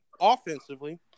offensively